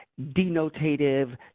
denotative